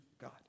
God